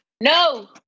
no